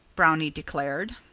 brownie declared.